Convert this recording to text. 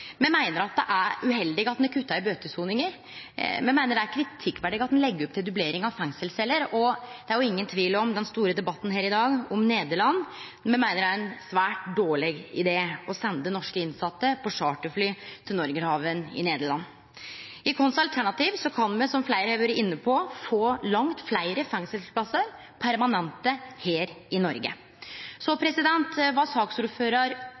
Me meiner at det er uheldig at ein kuttar i bøtesoninga. Me meiner at det er kritikkverdig at ein legg opp til dublering av fengselsceller. Det er jo ingen tvil om den store debatten her i dag er om Nederland, og me meiner det er ein svært dårleg idé å sende norske innsette med charterfly til Norgerhaven i Nederland. I vårt alternativ kan vi, som fleire har vore inne på, få langt fleire permanente fengselsplassar her i Noreg. Så var